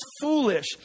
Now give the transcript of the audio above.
foolish